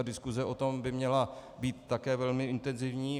Diskuse o tom by měla být také velmi intenzivní.